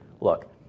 look